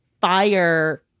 fire